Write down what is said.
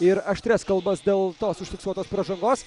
ir aštrias kalbas dėl tos užfiksuotos pražangos